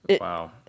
wow